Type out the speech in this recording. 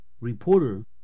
reporter